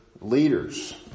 leaders